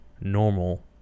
normal